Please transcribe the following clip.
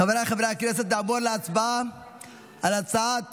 חבריי חברי הכנסת, נעבור להצבעה על הצעת